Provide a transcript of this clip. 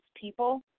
people